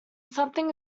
something